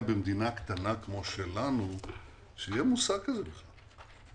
במדינה קטנה כמו שלנו שיהיה מושג כזה בכלל.